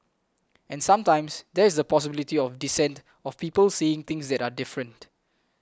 and sometimes there is the possibility of dissent of people saying things that are different